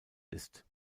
ist